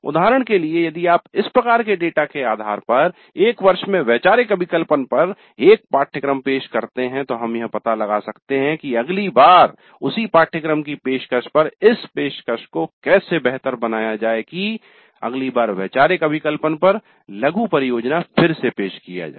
उदाहरण के लिए यदि आप इस प्रकार के डेटा के आधार पर एक वर्ष में वैचारिक अभिकल्पन पर एक पाठ्यक्रम पेश करते हैं तो हम यह पता लगा सकते हैं कि अगली बार उसी पाठ्यक्रम की पेशकश पर इस पेशकश को कैसे बेहतर बनाया जाए कि अगली बार वैचारिक अभिकल्पन पर लघु परियोजना फिर से पेश किया जाए